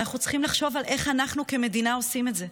ואנחנו צריכים לחשוב איך אנחנו כמדינה עושים את זה.